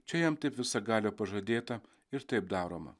čia jam taip visagalio pažadėta ir taip daroma